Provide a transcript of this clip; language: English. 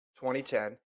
2010